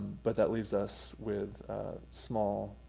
but that leaves us with small